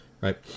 Right